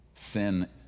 Sin